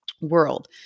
world